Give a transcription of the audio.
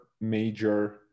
major